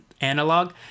analog